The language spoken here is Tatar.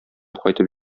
кайтып